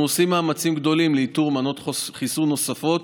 אנחנו עושים מאמצים גדולים לאיתור מנות חיסון נוספות,